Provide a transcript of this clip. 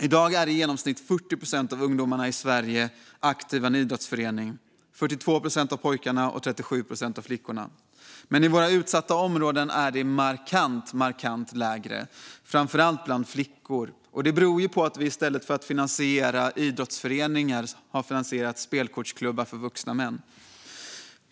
I dag är i genomsnitt 40 procent av ungdomarna i Sverige aktiva i en idrottsförening, 42 procent av pojkarna och 37 procent av flickorna. Men i våra utsatta områden är det markant färre, framför allt bland flickor. Det beror, enligt min mening, på att vi i stället för att finansiera idrottsföreningar har finansierat spelkortsklubbar för vuxna män.